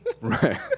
Right